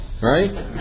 right